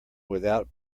without